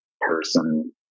person